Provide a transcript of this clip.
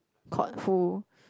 caught full